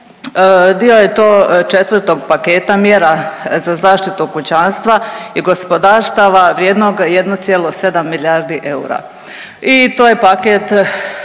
dio je to četvrtog paketa mjera za zaštitu kućanstva i gospodarstava vrijednog 1,7 milijardi eura i to je paket